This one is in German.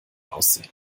aussehen